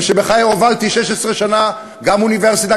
ושבחיי הובלתי 16 שנה אוניברסיטה,